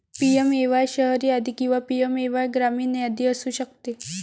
PMAY शहरी यादी किंवा पी.एम.ए.वाय ग्रामीण यादी असू शकते